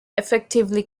effectively